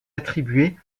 attribué